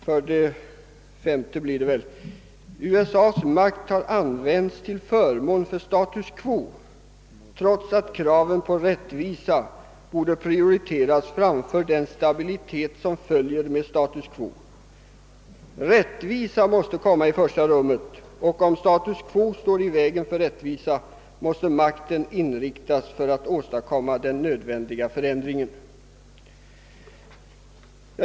För det femte: USA:s makt har använts till förmån för status quo trots att kraven på rättvisa borde prioriteras framför den stabilitet som följer med status quo. Rättvisan måste komma i första rummet, och om status quo står i vägen för rättvisa, måste makten in riktas på att åstadkomma den nödvändiga förändringen.